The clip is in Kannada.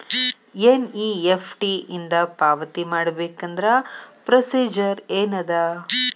ಎನ್.ಇ.ಎಫ್.ಟಿ ಇಂದ ಪಾವತಿ ಮಾಡಬೇಕಂದ್ರ ಪ್ರೊಸೇಜರ್ ಏನದ